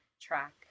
track